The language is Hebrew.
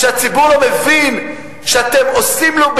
שהציבור לא מבין שאתם עושים לו,